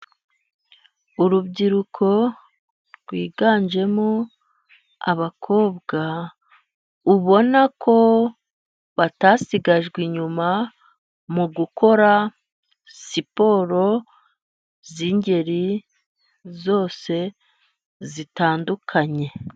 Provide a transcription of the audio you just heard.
Urubyiruko rwiganjemo abakobwa ubona ko batasigajwe inyuma, mu gukora siporo z'ingeri zose zitandukanye.